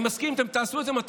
אני מסכים: אתם תעשו את זה מתישהו.